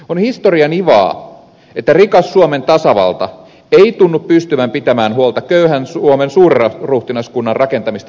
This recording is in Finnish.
on historian ivaa että rikas suomen tasavalta ei tunnu pystyvän pitämään huolta köyhän suomen suurruhtinaskunnan rakentamista rautateistä